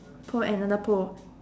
hold another pole